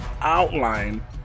outline